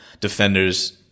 defenders